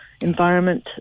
environment